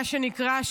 מה שנקרא,